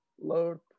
Lord